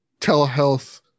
telehealth